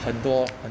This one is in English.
很多